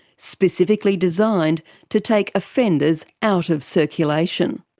specifically designed to take offenders out of circulation.